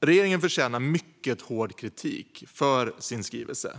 Regeringen förtjänar mycket hård kritik för sin skrivelse.